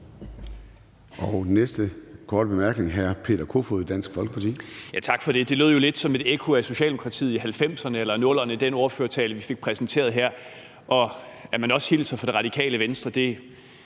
Den næste korte bemærkning er fra hr. Peter Kofod, Dansk Folkeparti. Kl. 10:34 Peter Kofod (DF): Tak for det. Det lød jo lidt som et ekko af Socialdemokratiet i 1990'erne eller 00'erne, altså den ordførertale, vi fik præsenteret her. Og at man også hilser fra Radikale Venstre, kommer